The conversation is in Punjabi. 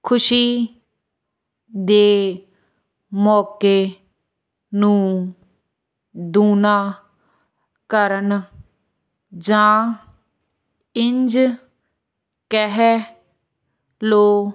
ਖੁਸ਼ੀ ਦੇ ਮੌਕੇ ਨੂੰ ਦੂਣਾ ਕਰਨ ਜਾਂ ਇੰਝ ਕਹਿ ਲਓ